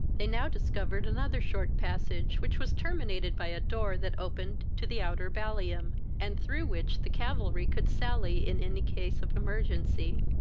they now discovered another short passage, which was terminated by a door that opened to the outer ballium, and through which the cavalry could sally in any case of emergency.